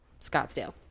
Scottsdale